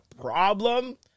problem